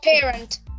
parent